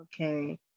Okay